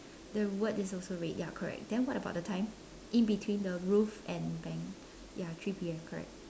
the word is also red ya correct then what about the time in between the roof and bank ya three P_M correct